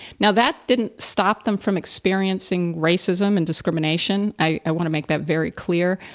now, that didn't stop them from experiencing racism and discrimination i want to make that very clear.